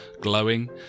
glowing